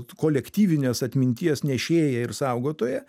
kolektyvinės atminties nešėja ir saugotoja